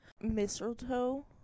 Mistletoe